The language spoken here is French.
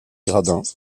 gradins